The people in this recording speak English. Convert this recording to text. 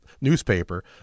newspaper